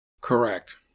Correct